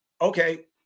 Okay